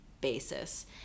basis